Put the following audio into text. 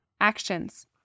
Actions